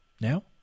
Now